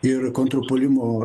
ir kontrpuolimo